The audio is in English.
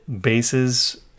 bases